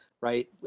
right